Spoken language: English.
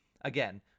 Again